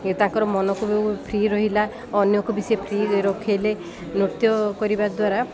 ତାଙ୍କର ମନକୁ ବି ଫ୍ରି ରହିଲା ଅନ୍ୟକୁ ବି ସେ ଫ୍ରି ରଖେଇଲେ ନୃତ୍ୟ କରିବା ଦ୍ୱାରା